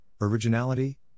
originality